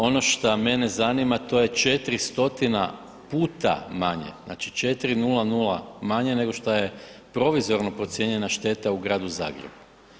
Ono šta mene zanima, to je 400 puta manje, znači 400 manje nego šta je provizorno procijenjena šteta u gradu Zagrebu.